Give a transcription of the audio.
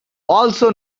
also